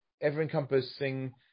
ever-encompassing